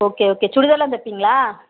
okay okay சுடிதார்லாம் தைப்பிங்களா